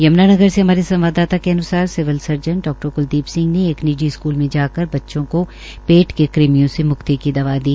यमुना नगर के संवाददाता के अन्सार सिविल सर्जन डा कुलदीप सिंह ने एक निजी स्कुल में जाकर बच्चों को पेट के कीड़े मारने की दवाई दी